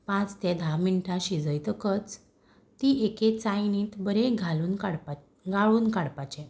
पांच ते धा मिनटां शिजयतकच ती एके चायणीत बरे घालून काडपा गाळून काडपाचें